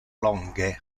longe